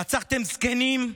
רצחתם זקנים,